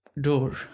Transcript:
door